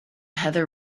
heather